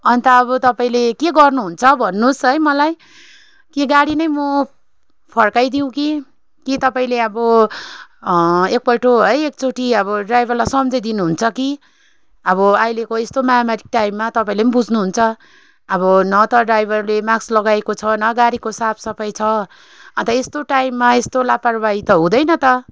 अन्त आब तपाईँले के गर्नुहुन्छ भन्नुहेस् है मलाई कि गाडी नै म फर्काइदिउँ कि तपाईँले अब एकपल्ट है एकचोटि अब ड्राइभरलाई सम्झाइदिनु हुन्छ अब अहिलेको यस्तो महामारी टाइममा तपाईँले पनि बुझ्नुहुन्छ अब न त ड्राइभरले मास्क लगाएको छ न गाडीको साफसफाइ छ अन्त यस्तो टाइममा यस्तो लापर्बाही त हुँदैन त